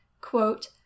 quote